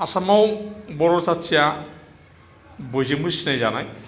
आसामाव बर' जाथिया बयजोंबो सिनायजानाय